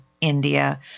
India